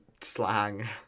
slang